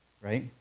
right